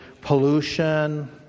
Pollution